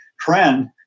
trend